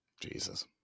Jesus